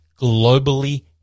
globally